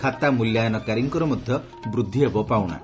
ଖାତା ମୂଲ୍ୟାୟନକାରୀଙ୍କର ମଧ୍ୟ ବୃଦ୍ଧି ହେବ ପାଉଣା